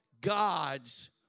God's